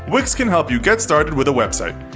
wix can help you get started with a website.